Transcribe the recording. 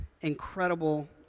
incredible